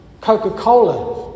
Coca-Cola